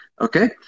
Okay